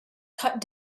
cut